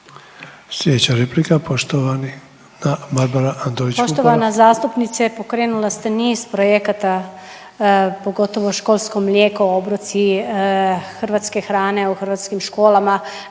Sljedeća replika, poštovana Barbara Antolić